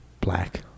Black